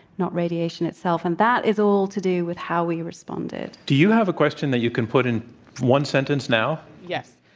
not radiation itself. and that is all to do with how we responded. do you have a question that you can put in one sentence now? yes.